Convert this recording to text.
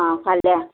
आं फाल्यां